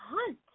hunt